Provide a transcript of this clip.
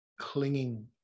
clinging